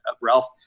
Ralph